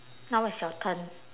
now it's your turn